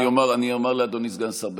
אני אומר לאדוני סגן השר.